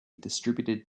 distributed